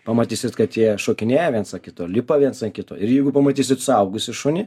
pamatysit kad jie šokinėja viens ant kito lipa viens ant kito ir jeigu pamatysit suaugusį šunį